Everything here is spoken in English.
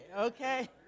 okay